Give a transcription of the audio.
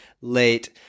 late